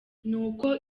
nuko